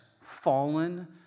fallen